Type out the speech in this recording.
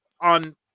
on